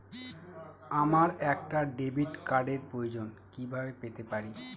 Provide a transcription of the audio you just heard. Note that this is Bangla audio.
আমার একটা ডেবিট কার্ডের প্রয়োজন কিভাবে পেতে পারি?